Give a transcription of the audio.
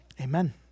amen